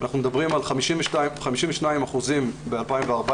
אנחנו מדברים על 52 אחוזים בשנת 2014